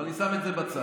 אבל אני שם את זה בצד.